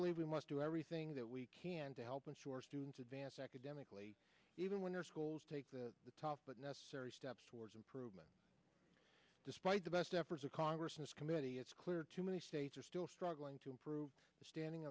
believe we must do everything that we can to help ensure students advance academically even when their schools take the top but necessary steps towards improvement despite the best efforts of congress in this committee it's clear to many states are still struggling to improve the standing